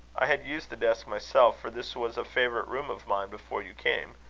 i had used the desk myself, for this was a favourite room of mine before you came,